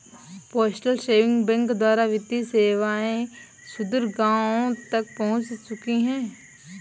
postal saving bank द्वारा वित्तीय सेवाएं सुदूर गाँवों तक पहुंच चुकी हैं